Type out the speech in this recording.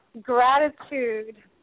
gratitude